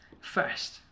first